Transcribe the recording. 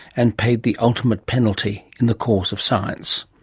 and paid the ultimate penalty in the cause of science.